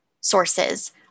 sources